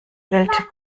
welt